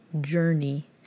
journey